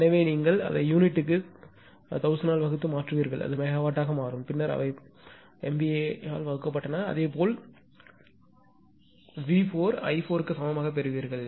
எனவே நீங்கள் அதை யூனிட்டுக்கு 1000 ஆல் வகுத்து மாற்றுவீர்கள் அது மெகாவாட் ஆக மாறும் பின்னர் அவை போன்ற MVA வகுக்கப்பட்டன அதேபோல் v4 நீங்கள் i4 க்கு சமமாக பெறுவீர்கள்